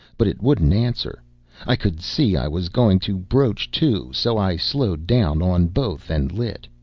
but it wouldn't answer i could see i was going to broach to, so i slowed down on both, and lit.